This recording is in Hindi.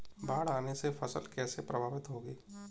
बाढ़ आने से फसल कैसे प्रभावित होगी?